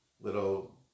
little